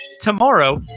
tomorrow